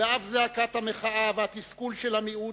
ואף זעקת המחאה והתסכול של המיעוט,